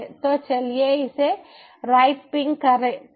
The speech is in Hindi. तो चलिए इसे राइट पिंग करें